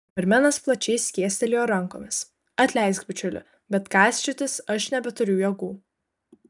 barmenas plačiai skėstelėjo rankomis atleisk bičiuli bet gąsčiotis aš nebeturiu jėgų